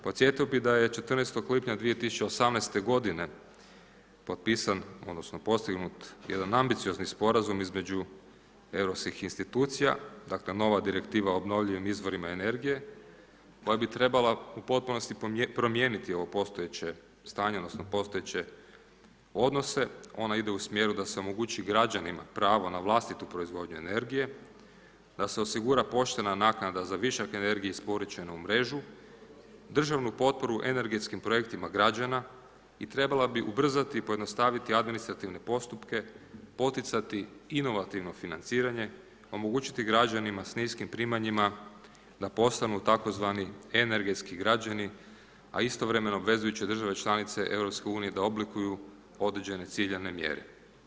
Podsjetio bih da je 14. lipnja 2018. godine potpisan, odnosno postignut jedan ambiciozan sporazum između europskih institucija, dakle nova direktiva obnovljivim izvorima energije koja bi trebala u potpunosti promijeniti ovo postojeće stanje, odnosno postojeće odnose, ona ide u smjeru da se omogući građanima pravo na vlastitu proizvodnju energije, da se osigura poštena naknada za višak energije isporučene u mrežu, državnu potporu energetskim projektima građana i trebala bi ubrzati i pojednostaviti administrativne postupke, poticati inovativno financiranje, omogućiti građanima s niskim primanjima da postanu tzv. energetski građani, a istovremeno obvezujuće države članice EU da oblikuju određene ciljane mjere.